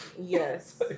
Yes